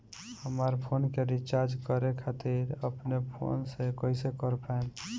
हमार फोन के रीचार्ज करे खातिर अपने फोन से कैसे कर पाएम?